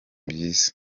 byiza